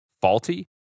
faulty